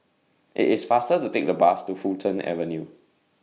IT IS faster to Take The Bus to Fulton Avenue